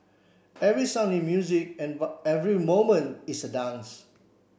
every sound is music every movement is a dance